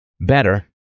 better